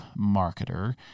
marketer